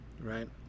right